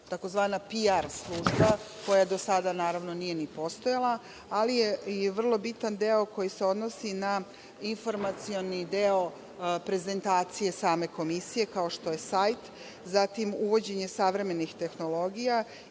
tzv. PR služba koja do sada, naravno, nije ni postojala, ali je vrlo bitan deo koji se odnosi na informacioni deo prezentacije same komisije, kao što je sajt, zatim uvođenje savremenih tehnologija